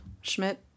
Schmidt